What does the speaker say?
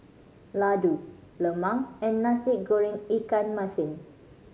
laddu lemang and Nasi Goreng ikan masin